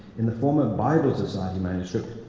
in the former bible society manuscript,